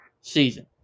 season